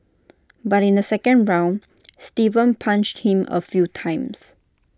but in the second round Steven punched him A few times